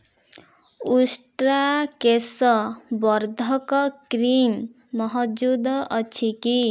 ଉଷ୍ଟ୍ରା କେଶ ବର୍ଦ୍ଧକ କ୍ରିମ୍ ମହଜୁଦ ଅଛି କି